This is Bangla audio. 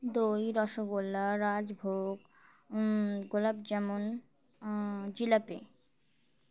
দই রসগোল্লা রাজভোগ গোলাপজামুন জিলিপি